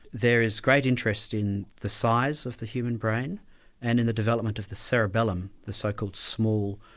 there is great interest in the size of the human brain and in the development of the cerebellum, the so-called small,